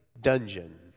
dungeon